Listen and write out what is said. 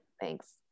Thanks